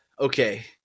Okay